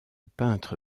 peintre